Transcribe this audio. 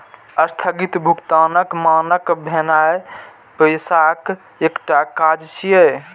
स्थगित भुगतानक मानक भेनाय पैसाक एकटा काज छियै